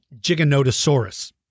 giganotosaurus